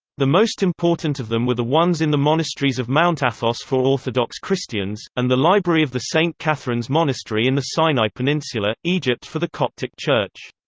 the most important of them were the ones in the monasteries of mount athos for orthodox christians, and the library of the saint catherine's monastery in the sinai peninsula, egypt for the coptic church.